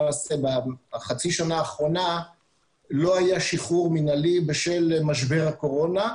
למעשה בחצי השנה האחרונה לא היה שחרור מינהלי בשל משבר הקורונה,